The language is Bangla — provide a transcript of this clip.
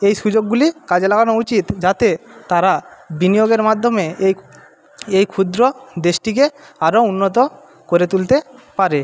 এই সুযোগগুলি কাজে লাগানো উচিত যাতে তারা বিনিয়োগের মাধ্যমে এই এই ক্ষুদ্র দেশটিকে আরও উন্নত করে তুলতে পারে